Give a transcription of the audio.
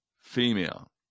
female